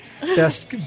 Best